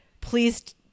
please